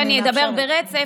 שאני אדבר ברצף,